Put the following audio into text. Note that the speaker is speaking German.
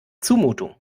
zumutung